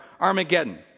Armageddon